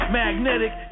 magnetic